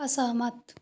असहमत